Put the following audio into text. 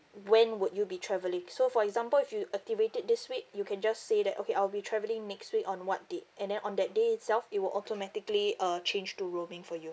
when would you be travelling so for example if you activated this week you can just say that okay I'll be travelling next week on what date and then on that day itself it will automatically uh change to roaming for you